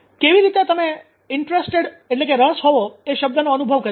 કેવી રીતે તમે રસ હોવો શબ્દનો અનુભવ કર્યો